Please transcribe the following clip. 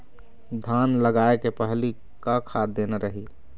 धान लगाय के पहली का खाद देना रही?